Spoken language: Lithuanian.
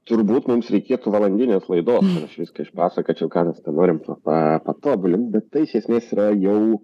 turbūt mums reikėtų valandinės laidos aš viską išpasakočiau ką mes ten norim pa patobulinti bet tai iš esmės yra jau